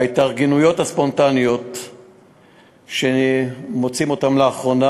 ההתארגנויות הספונטניות שמוצאים לאחרונה,